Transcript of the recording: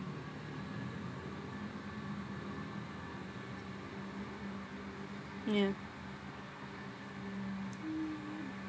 ya